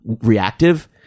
reactive